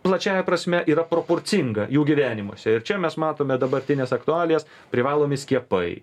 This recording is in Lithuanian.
plačiąja prasme yra proporcinga jų gyvenimuose ir čia mes matome dabartines aktualijas privalomi skiepai